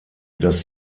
dass